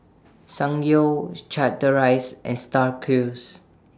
Ssangyong Chateraise and STAR Cruise